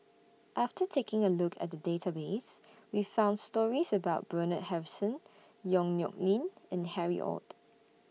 after taking A Look At The Database We found stories about Bernard Harrison Yong Nyuk Lin and Harry ORD